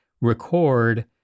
record